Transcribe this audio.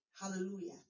Hallelujah